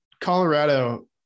Colorado